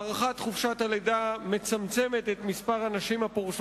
הארכת חופשת הלידה מצמצמת את מספר הנשים הפורשות